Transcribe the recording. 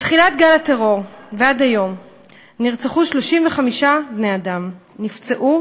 מתחילת גל הטרור ועד היום נרצחו 35 בני-אדם ונפצעו